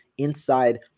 inside